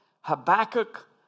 Habakkuk